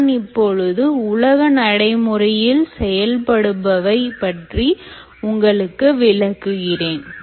நான் இப்பொழுது உலக நடைமுறையில் செயல்படுபவை பற்றி உங்களுக்கு விளக்குகிறேன்